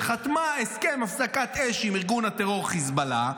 שחתמה הסכם הפסקת אש עם ארגון הטרור חיזבאללה,